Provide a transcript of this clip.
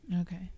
Okay